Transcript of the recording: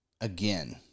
again